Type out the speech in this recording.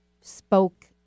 spoke